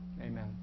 Amen